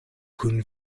kun